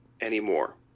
Anymore